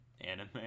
anime